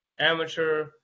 amateur